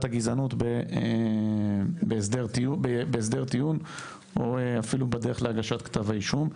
הגזענות בהסדר טיעון או אפילו בדרך להגשת כתב האישום?